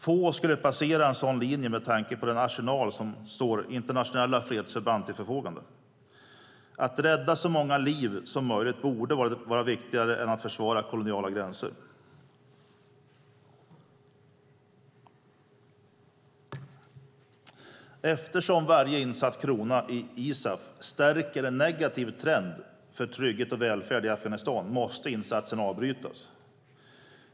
Få skulle passera en sådan linje med tanke på den arsenal som internationella fredsförband har till förfogande. Att rädda så många liv som möjligt borde vara viktigare än att försvara koloniala gränser. Eftersom varje insatt krona i ISAF stärker en negativ trend för trygghet och välfärd i Afghanistan måste insatsen avbrytas.